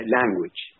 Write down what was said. language